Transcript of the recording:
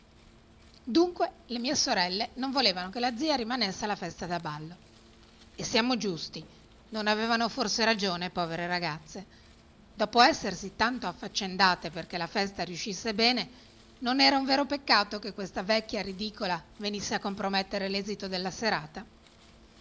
dunque le mie sorelle non volevano che la zia rimanesse alla festa da ballo e siamo giusti non avevano forse ragione povere ragazze dopo essersi tanto affaccendate perché la festa riuscisse bene non era un vero peccato che questa vecchia ridicola venisse a compromettere l'esito della serata